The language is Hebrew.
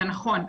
זה נכון,